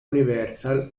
universal